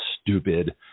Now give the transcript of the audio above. stupid